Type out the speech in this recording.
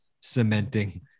cementing